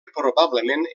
probablement